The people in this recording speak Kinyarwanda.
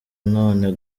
none